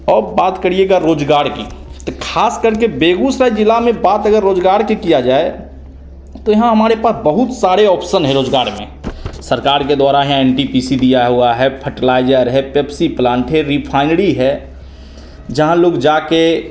अब बात करिएगा रोज़गार की त ख़ास करके बेगूसराय ज़िला में बात अगर रोज़गार के किया जाए तो यहाँ हमारे पास बहुत सारे ऑप्शन है रोज़गार में सरकार के द्वारा हैं एन टी पी सी दिया हुआ है फर्टलाइजर है पेप्सी प्लांट है रिफाइनरी है जहाँ लोग जा कर